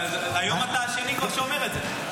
היום אתה כבר השני שאומר את זה,